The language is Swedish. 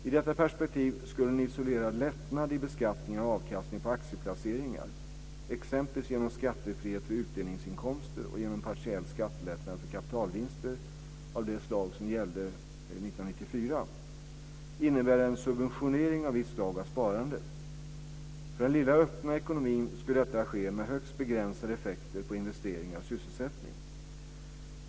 I detta perspektiv skulle en isolerad lättnad i beskattningen av avkastningen på aktieplaceringar - exempelvis genom skattefrihet för utdelningsinkomster och genom partiell skattelättnad för kapitalvinster av det slag som gällde 1994 - innebära en subventionering av visst slag av sparande. För den lilla öppna ekonomin skulle detta ske med högst begränsade effekter på investeringar och sysselsättning.